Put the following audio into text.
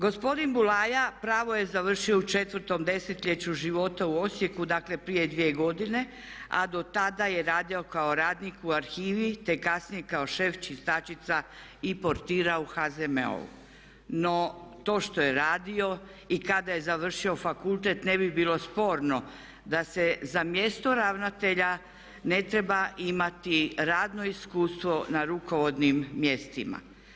Gospodin Bulaja pravo je završio u četvrtom desetljeću života u Osijeku, dakle prije dvije godine a do tada je radio kao radnik u arhivi te kasnije kao šef čistačica i portira u HZMO-u no to što je radio i kada je završio fakultete ne bi bilo sporno da se za mjesto ravnatelja ne treba imati radno iskustvo na rukovodnim mjestima.